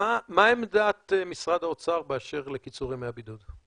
מה עמדת משרד האוצר באשר לקיצור ימי הבידוד?